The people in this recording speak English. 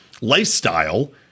lifestyle